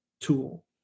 tool